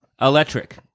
electric